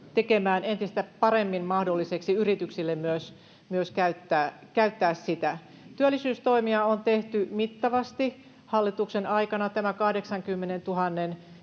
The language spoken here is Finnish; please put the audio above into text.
tekemään entistä paremmin mahdolliseksi yrityksille myös käyttää sitä. Työllisyystoimia on tehty mittavasti hallituksen aikana. Tämä 80 000